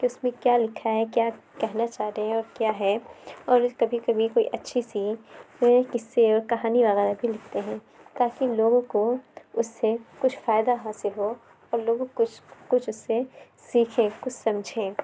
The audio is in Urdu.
کہ اُس میں کیا لکھا ہے کیا کہنا چاہ رہے ہیں اور کیا ہے اور اِس کبھی کبھی کوئی اچھی سی قصّے اور کہانی وغیرہ بھی لکھتے ہیں تا کہ لوگوں کو اُس سے کچھ فائدہ حاصل ہو اور لوگوں کچھ کچھ اُس سے سیکھیں کچھ سمجھیں